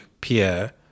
Pierre